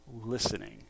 listening